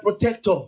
protector